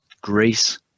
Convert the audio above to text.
Greece